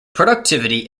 productivity